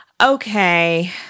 Okay